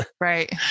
Right